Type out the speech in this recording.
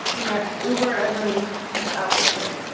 yeah uber, as an establishment,